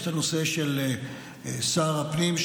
יש את הנושא של שר הפנים,